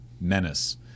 Menace